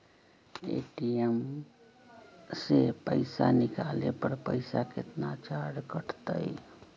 ATM से पईसा निकाले पर पईसा केतना चार्ज कटतई?